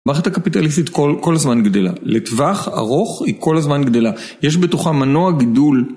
המערכת הקפיטליסטית כל הזמן גדלה, לטווח ארוך היא כל הזמן גדלה, יש בתוכה מנוע גידול